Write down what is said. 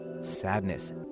sadness